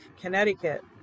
Connecticut